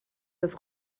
das